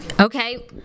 Okay